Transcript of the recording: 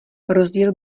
rozdíl